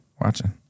Watching